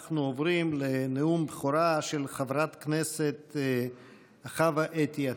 אנחנו עוברים לנאום בכורה של חברת הכנסת חוה אתי עטייה.